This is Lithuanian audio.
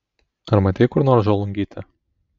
ar matei kur nors žolungytę